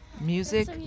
Music